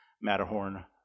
Matterhorn